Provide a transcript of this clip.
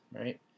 right